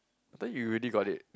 I thought you already got it